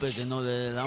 didn't know.